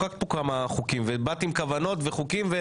פה כמה חוקים ובאתי עם כוונות וחוקים,